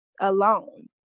alone